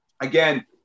again